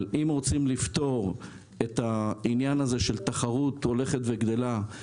אם רוצים לפתור את העניין הזה של תחרות שהולכת וגדלה,